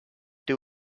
too